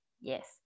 Yes